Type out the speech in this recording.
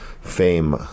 fame